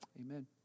Amen